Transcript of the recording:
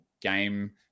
game